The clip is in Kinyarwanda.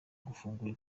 gufungura